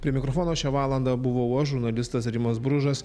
prie mikrofono šią valandą buvau aš žurnalistas rimas bružas